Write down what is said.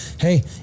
hey